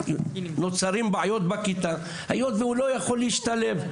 נוצרות בעיות בכיתה היות שהוא לא יכול להשתלב.